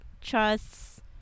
Trust